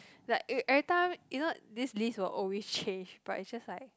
like e~ every time you know this list will always change but it's just like